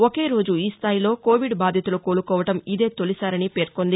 ఒకే రోజు ఈ స్థాయిలో కోవిడ్ బాధితులు కోలుకోవడం ఇదే తౌలిసారని పేర్కొంది